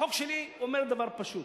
החוק שלי אומר דבר פשוט: